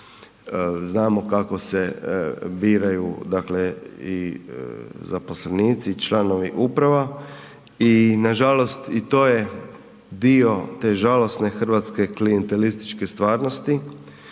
Znamo kako se biraju, dakle i zaposlenici i članovi uprava i nažalost i to je dio te žalosne hrvatske klijentelističke stvarnosti,